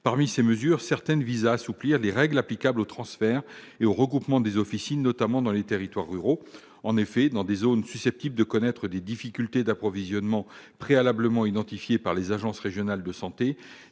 de ces mesures visent à assouplir les règles applicables aux transferts et au regroupement des officines, notamment dans les territoires ruraux. En effet, dans des zones susceptibles de connaître des difficultés d'approvisionnement préalablement identifiées par les agences régionales de santé,